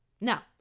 Now